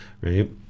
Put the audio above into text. right